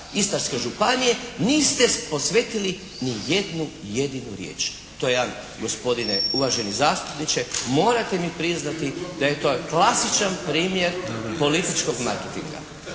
Istarske županije niste posvetili ni jednu jedinu riječ. To ja gospodine uvaženi zastupniče morate mi priznati da je to klasičan primjer političkog marketinga.